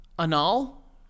anal